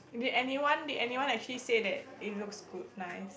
did anyone did anyone actually say that it looks good nice